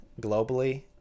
globally